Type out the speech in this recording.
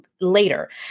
later